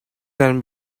can